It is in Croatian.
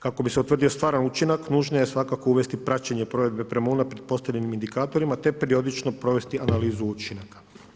Kako bi se utvrdio stvaran učinak nužno je svakako uvesti praćenje provedbe prema unaprijed postavljenim indikatorima te periodično provesti analizu učinaka.